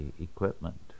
equipment